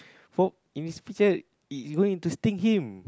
from in this picture is going to sting him